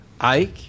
Ike